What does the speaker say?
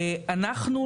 אנחנו,